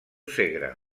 segre